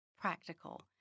practical